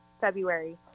February